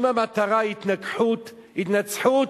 אם המטרה היא התנגחות, התנצחות,